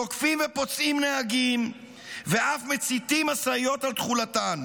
תוקפים ופוצעים נהגים ואף מציתים משאיות על תכולתן.